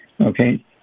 okay